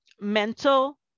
mental